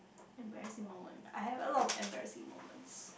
embarrassing moment I have a lot of embarrassing moments